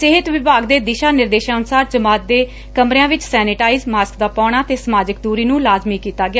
ਸਿਹਤ ਵਿਭਾਗ ਦੇ ਦਿਸ਼ਾ ਨਿਰਦੇਸ਼ਾ ਅਨੁਸਾਰ ਜਮਾਤ ਦੇ ਕਮਰਿਆਂ ਵਿਚ ਸੈਨੇਟਾਈਜ਼ ਮਾਸਕ ਦਾ ਪਾਉਣਾ ਤੇ ਸਮਾਜਿਕ ਦੁਰੀ ਨੂੰ ਲਾਜ਼ਮੀ ਕੀਤਾ ਗਿਆ